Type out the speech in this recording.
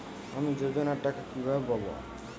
আমি যোজনার টাকা কিভাবে পাবো?